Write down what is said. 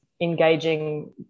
engaging